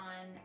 on